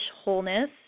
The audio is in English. Wholeness